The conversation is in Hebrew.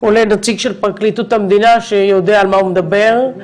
עולה נציג של פרקליטות המדינה שיודע על מה הוא מדבר,